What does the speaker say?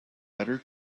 better